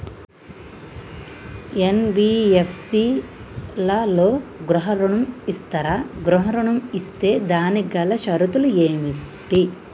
NBFC లలో గృహ ఋణం ఇస్తరా? గృహ ఋణం ఇస్తే దానికి గల షరతులు ఏమిటి?